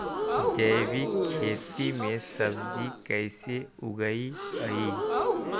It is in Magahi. जैविक खेती में सब्जी कैसे उगइअई?